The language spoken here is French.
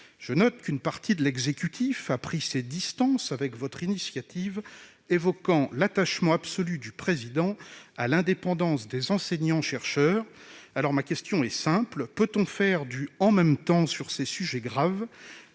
Je note qu'une partie de l'exécutif a pris ses distances avec votre initiative, évoquant « l'attachement absolu du président de la République à l'indépendance des enseignants-chercheurs ». Ma question est simple : peut-on faire du « en même temps » sur ces sujets graves ?